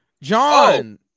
John